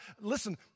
Listen